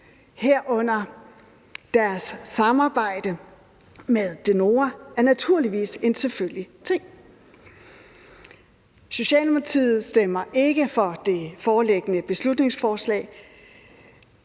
herunder deres samarbejde med donatorer, er naturligvis en selvfølgelig ting. Socialdemokratiet stemmer ikke for det foreliggende beslutningsforslag.